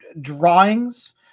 drawings